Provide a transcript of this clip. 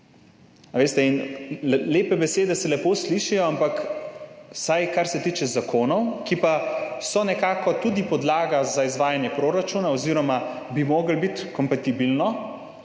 Lepe besede se lepo slišijo, ampak vsaj kar se tiče zakonov, ki pa so nekako tudi podlaga za izvajanje proračuna oziroma bi moralo biti kompatibilno,